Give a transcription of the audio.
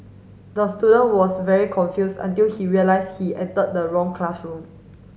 the student was very confuse until he realise he entered the wrong classroom